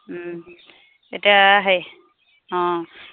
এতিয়া সেই অঁ